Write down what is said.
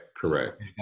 Correct